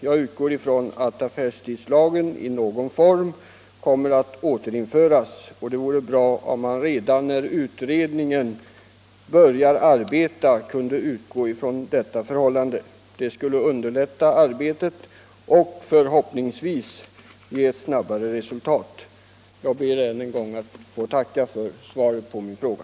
Jag räknar med att affärstidslagen i någon form kommer att återinföras och det vore bra om utredningen redan när den börjar arbeta kunde utgå från detta förhållande. Det skulle underlätta arbetet och förhoppningsvis ge ett snabbare resultat. Jag ber än en gång att få tacka för svaret på min fråga.